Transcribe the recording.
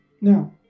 Now